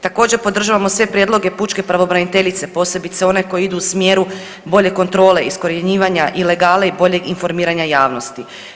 Također podržavamo sve prijedloge pučke pravobraniteljice, posebice one koje idu u smjeru bolje kontrole iskorjenjivanja ilegale i boljeg informiranja javnosti.